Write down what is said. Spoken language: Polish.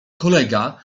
kolega